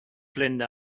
länder